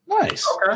Nice